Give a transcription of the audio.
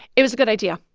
it was a good idea.